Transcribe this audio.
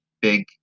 big